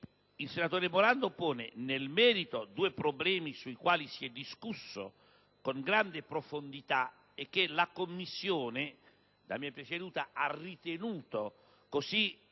Il collega Morando pone nel merito due problemi sui quali si è discusso con grande profondità e che la Commissione da me presieduta ha ritenuto così